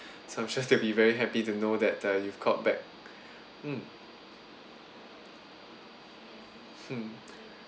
so I'm sure they'll be very happy to know that uh you've called back mm mm